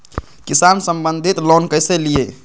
किसान संबंधित लोन कैसै लिये?